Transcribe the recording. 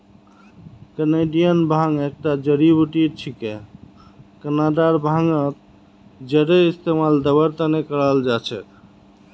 Canadian भांग एकता जड़ी बूटी छिके कनाडार भांगत जरेर इस्तमाल दवार त न कराल जा छेक